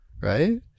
right